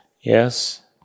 Yes